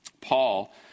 Paul